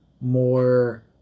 more